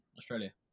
Australia